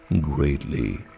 greatly